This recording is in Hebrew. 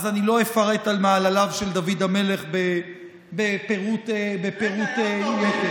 אז אני לא אפרט על מעלליו של דוד המלך בפירוט יתר.